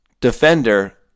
defender